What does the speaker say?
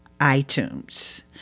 iTunes